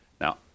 Now